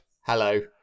hello